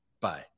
Bye